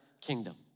kingdom